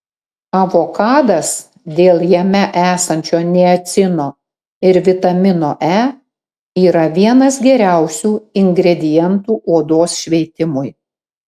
avokadas dėl jame esančio niacino ir vitamino e yra vienas geriausių ingredientų odos šveitimui